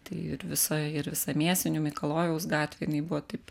tai ir visa ir visa mėsinių mikalojaus gatvė jinai buvo taip